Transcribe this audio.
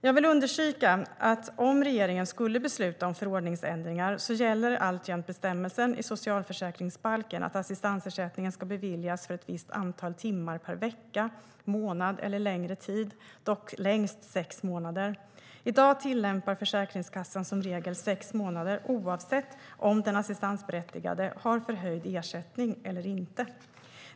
Jag vill understryka att om regeringen skulle besluta om förordningsändringar gäller alltjämt bestämmelsen i socialförsäkringsbalken att assistansersättning ska beviljas för ett visst antal timmar per vecka, månad eller längre tid, dock längst sex månader. I dag tillämpar Försäkringskassan som regel sex månader oavsett om den assistansberättigade har förhöjd ersättning eller inte.